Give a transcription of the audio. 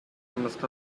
comest